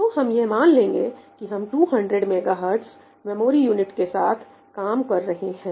तो हम यह मान लेंगे कि हम 200 मेगाहर्ट्ज मेमोरी यूनिट के साथ काम कर रहे हैं